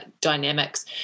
dynamics